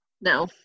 no